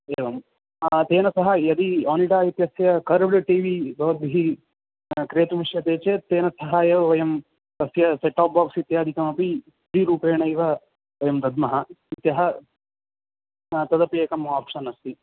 एवं तेन सह यदि ओनिडा इत्यस्य कर्व्ड् टि वि भवद्भिः क्रेतुम् इष्यते चेत् तेन सह एव वयं तस्य सेटप् बोक्स् इत्यादिकमपि फ़्री रूपेणैव वयं दद्मः ह्यः तदपि एकम् ओप्शन् अस्ति